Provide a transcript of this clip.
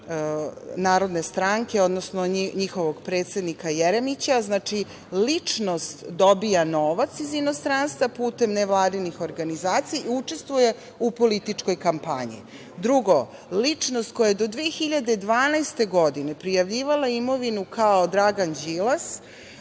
Narodne stranke, odnosno njihovog predsednika Jeremića. Znači, ličnost dobija novac iz inostranstva putem nevladinih organizacija i učestvuje u političkoj kampanji. Drugo, ličnost koja je do 2012. godine prijavljivala imovinu, kao Dragan Đilas,